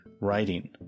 writing